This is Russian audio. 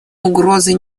угрозы